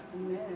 Amen